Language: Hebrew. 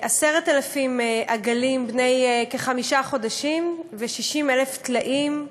10,000 עגלים בני כחמישה חודשים ו-60,000 טלאים,